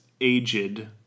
aged